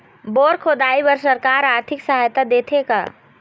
Bore खोदाई बर सरकार आरथिक सहायता देथे का?